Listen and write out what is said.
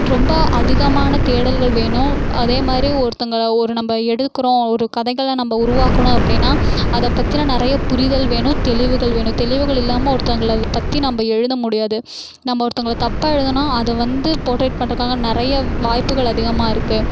ரொம்ப அதிகமான தேடல்கள் வேணும் அதே மாதிரி ஒருத்தவங்கள் ஒரு நம்ம எடுக்கிறோம் ஒரு கதைகளை நம்ம உருவாக்குனோம் அப்படினா அதை பற்றின நிறைய புரிதல் வேணும் தெளிவுகள் வேணும் தெளிவுகள் இல்லாமல் ஒருத்தவங்களை பற்றி நம்ம எழுத முடியாது நம்ம ஒருத்தவங்களை தப்பா எழுதுனா அத வந்து போர்ட்ரேட் பண்ணுறக்காக நிறைய வாய்ப்புகள் அதிகமாக இருக்குது